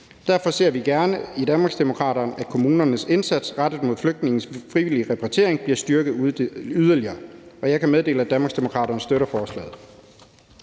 Derfor ser vi i Danmarksdemokraterne gerne, at kommunernes indsats rettet mod flygtninges frivillige repatriering bliver styrket yderligere. Jeg kan meddele, at Danmarksdemokraterne støtter forslaget.